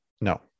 No